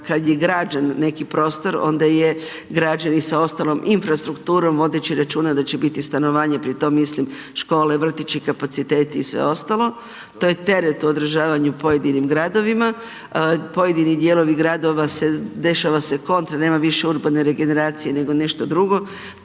kad je građen neki prostor, onda je građen i sa ostalom infrastrukturom, vodeći računa da će biti stanovanje, pri tome mislim škole, vrtići, kapaciteti i sve ostalo, to je teret u održavanju pojedinim gradovima. Pojedini dijelovi gradova se, dešava se kontra, nema više urbane regeneracije nego nešto drugo,